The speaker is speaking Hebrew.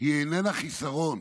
איננה חיסרון,